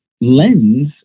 lens